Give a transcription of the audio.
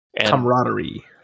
Camaraderie